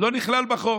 זה לא נכלל בחוק.